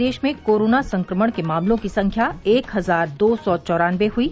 प्रदेश में कोरोना संक्रमण के मामलों की संख्या एक हजार दो सौ चौरानबे हुई